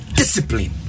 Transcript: discipline